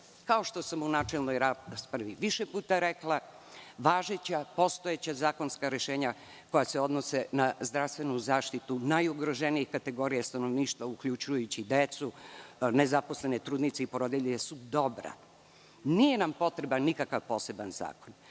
kao što sam u načelnoj raspravi više puta rekla, postojeća zakonska rešenja koja se odnose na zdravstvenu zaštitu najugroženijih kategorija stanovništva, uključujući i decu, nezaposlene trudnice i porodilje su dobra. Nije nam potreban nikakav poseban zakon.